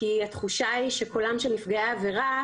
כי התחושה היא שקולם של נפגעי העבירה